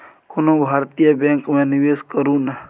कोनो भारतीय बैंक मे निवेश करू ने